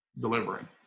delivering